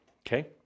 Okay